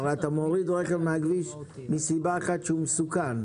הרי אתה מוריד רכב מה כביש מסיבה אחת שהוא מסוכן.